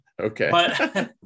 Okay